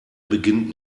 beginnt